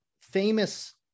Famous